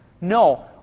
No